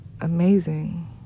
amazing